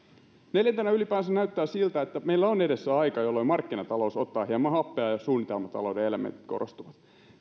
neljäntenä ylipäänsä näyttää siltä että meillä on edessä aika jolloin markkinatalous ottaa hieman happea ja suunnitelmatalouden elementit korostuvat